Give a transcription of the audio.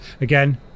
Again